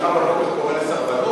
שהוא קם בבוקר וקורא לסרבנות?